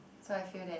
so I feel that